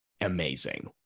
amazing